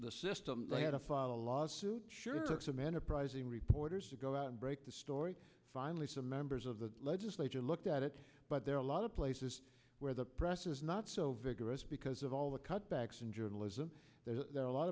the system had to file a lawsuit sure took some enterprising reporters to go out and break the story finally some members of the legislature looked at it but there are a lot of places where the press is not so vigorous because of all the cutbacks in journalism there are a lot